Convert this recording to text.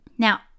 Now